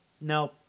no